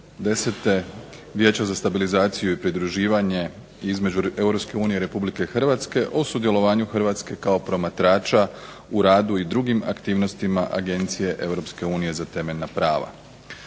Vijeća za stabilizaciju i pridruživanje između EU i Republike Hrvatske o sudjelovanju Hrvatske kao promatrača u radu i drugim aktivnostima Agencije EU za temeljna prava.